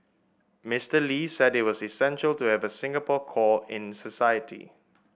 Mister Lee said it was essential to have a Singapore core in society